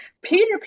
Peter